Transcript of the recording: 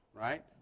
right